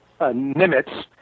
Nimitz